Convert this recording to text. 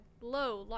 low